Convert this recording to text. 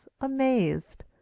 amazed